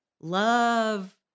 love